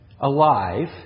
alive